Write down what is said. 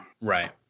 right